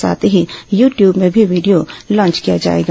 साथ ही YouTube में भी वीडियो लॉन्च किया जाएगा